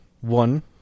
One